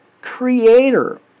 creator